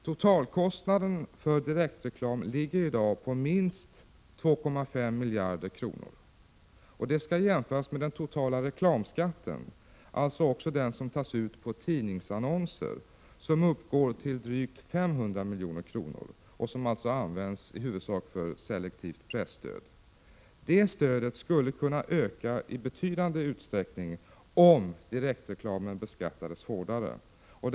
Totalkostnaden för direktreklam ligger i dag på minst 2,5 miljarder kronor, och det skall jämföras med den totala reklamskatten, alltså också den som tas ut på tidningsannonser. Den uppgår till drygt 500 milj.kr. och används i huvudsak för selektivt presstöd. Det stödet skulle kunna öka i betydande utsträckning om direktreklamen beskattades hårdare. Herr talman!